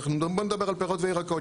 בוא נדבר על פירות וירקות.